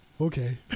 Okay